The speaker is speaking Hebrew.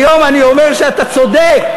היום אני אומר שאתה צודק.